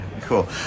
Cool